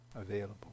available